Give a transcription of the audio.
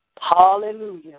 hallelujah